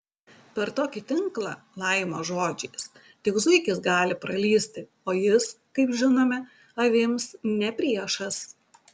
per tokį tinklą laimo žodžiais tik zuikis gali pralįsti o jis kaip žinome avims ne priešas